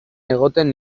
egoten